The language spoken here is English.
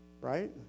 Right